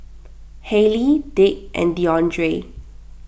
Haley Dick and Deondre